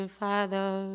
father